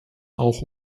auch